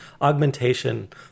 augmentation